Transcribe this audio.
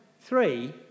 three